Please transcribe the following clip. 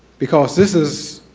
because this is